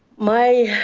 my